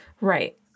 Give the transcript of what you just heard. Right